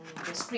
the script